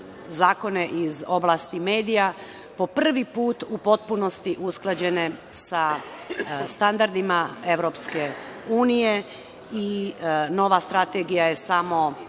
zakone iz oblasti medija po prvi put u potpunosti usklađene sa standardima EU. Nova strategija je samo